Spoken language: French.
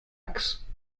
axe